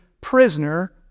prisoner